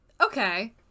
Okay